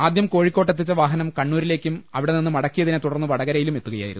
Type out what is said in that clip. ആദ്യം കോഴിക്കോട്ടെത്തിച്ച വാഹനം കണ്ണൂ രിലേക്കും അവിടെ നിന്ന് മടക്കിയതിനെ തുടർന്ന് വടകരയിലും എത്തുകയായിരുന്നു